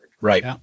Right